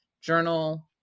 journal